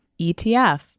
ETF